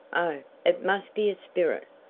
oh, it must be a spirit!